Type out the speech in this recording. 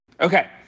Okay